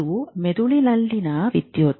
ಇದು ಮೆದುಳಿನಲ್ಲಿನ ವಿದ್ಯುತ್